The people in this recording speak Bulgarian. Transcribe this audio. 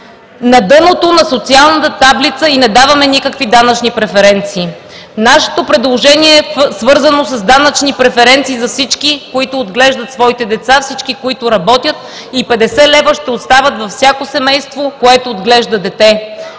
на дъното на социалната таблица и не даваме никакви данъчни преференции. Нашето предложение е свързано с данъчни преференции за всички, които отглеждат своите деца, всички, които работят, и 50 лв. ще остават във всяко семейство, което отглежда дете.